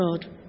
God